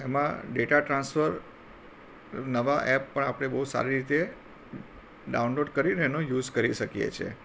એમાં data transfer નવાં app પણ આપણે બહુ સારી રીતે ડાઉનલોડ કરી અને એનો યુસ કરી શકીએ છીએ